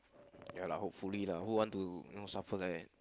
ya lah hopefully lah who want to you know suffer like that